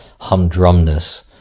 humdrumness